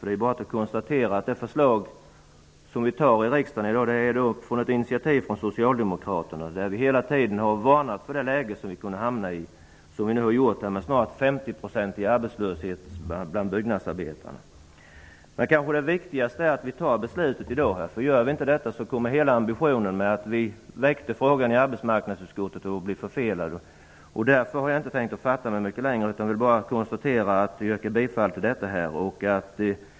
Det förslag som vi skall fatta beslut om i riksdagen i dag kommer från ett initiativ från socialdemokraterna. Vi har hela tiden varnat för det läge som vi nu har hamnat i med en arbetslöshet bland byggnadsarbetarna på nästan 50 %. Det viktigaste är kanske att vi fattar beslutet i dag. Om vi inte gör detta kommer hela ambitionen bakom att vi väckte frågan i arbetsmarknadsutskottet att bli förfelad. Därför har jag tänkt att fatta mig kort och yrkar bifall till utskottets hemställan.